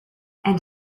and